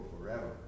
forever